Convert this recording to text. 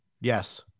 Yes